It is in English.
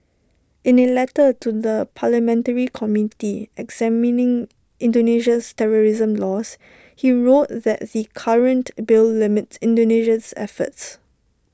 in A letter to the parliamentary committee examining Indonesia's terrorism laws he wrote that the current bill limits Indonesia's efforts